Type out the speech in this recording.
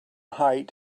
height